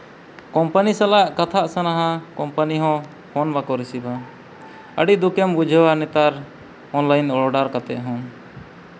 company ᱥᱟᱞᱟᱜ ᱠᱟᱛᱷᱟᱜ ᱥᱟᱱᱟᱣᱟ ᱠᱚᱢᱯᱟᱱᱤ ᱦᱚᱸ ᱯᱷᱳᱱ ᱵᱟᱠᱚ ᱨᱤᱥᱤᱵᱷᱟ ᱟᱹᱰᱤ ᱫᱩᱠᱷᱮᱢ ᱵᱩᱡᱷᱟᱹᱣᱟ ᱚᱱᱞᱟᱭᱤᱱ ᱚᱰᱟᱨ ᱠᱟᱛᱮᱫ ᱦᱚᱸ